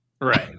Right